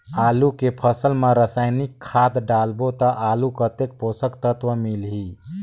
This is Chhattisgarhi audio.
आलू के फसल मा रसायनिक खाद डालबो ता आलू कतेक पोषक तत्व मिलही?